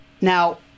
Now